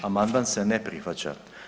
Amandman se ne prihvaća.